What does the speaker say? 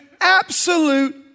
absolute